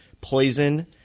Poison